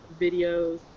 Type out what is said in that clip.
videos